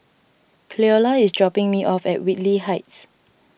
Cleola is dropping me off at Whitley Heights